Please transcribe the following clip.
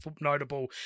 notable